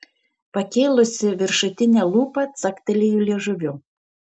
pakėlusi viršutinę lūpą caktelėjo liežuviu